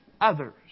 others